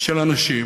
של אנשים